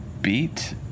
beat